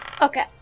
Okay